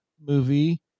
movie